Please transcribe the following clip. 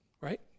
Right